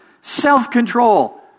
self-control